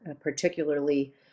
particularly